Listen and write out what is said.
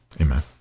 amen